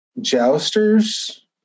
Jousters